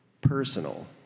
Personal